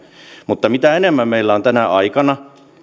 mutta mitä enemmän meillä on tänä aikana